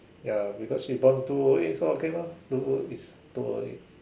ya because she born two o o eight so okay lor two it's two o o eight